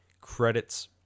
credits